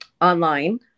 online